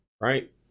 right